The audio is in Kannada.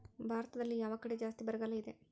ಭಾರತದಲ್ಲಿ ಯಾವ ಕಡೆ ಜಾಸ್ತಿ ಬರಗಾಲ ಇದೆ?